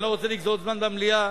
אני לא רוצה לגזול זמן במליאה.